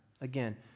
Again